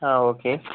ആ ഓക്കെ